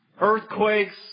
earthquakes